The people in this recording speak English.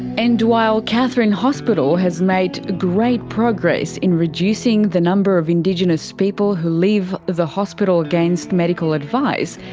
and while katherine hospital has made great progress in reducing the number of indigenous people who leave the hospital against medical advice,